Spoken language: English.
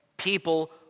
People